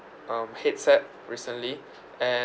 um headset recently and